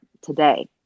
today